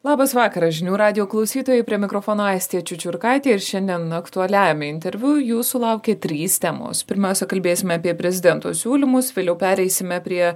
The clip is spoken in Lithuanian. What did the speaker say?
labas vakaras žinių radijo klausytojai prie mikrofono aistė čiučiurkaitė ir šiandien aktualiajame interviu jūsų laukia trys temos pirmiausia kalbėsime apie prezidento siūlymus vėliau pereisime prie